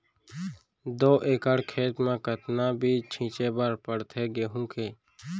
दो एकड़ खेत म कतना बीज छिंचे बर पड़थे गेहूँ के?